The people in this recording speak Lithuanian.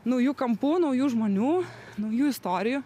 naujų kampų naujų žmonių naujų istorijų